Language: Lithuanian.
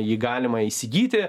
jį galima įsigyti